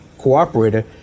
cooperator